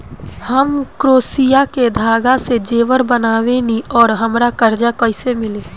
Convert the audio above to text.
हम क्रोशिया के धागा से जेवर बनावेनी और हमरा कर्जा कइसे मिली?